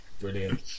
brilliant